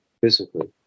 physically